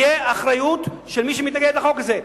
האחריות תהיה של מי שמתנגד לחוק הזה.